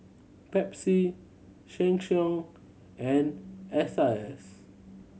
Pepsi Sheng Siong and S I S